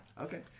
okay